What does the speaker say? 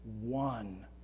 one